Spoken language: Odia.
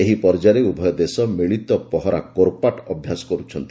ଏହି ପର୍ଯ୍ୟାୟରେ ଉଭୟ ଦେଶ ମିଳିତ ପହରା କୋରପାଟ ଅଭ୍ୟାସ କର୍ରଛନ୍ତି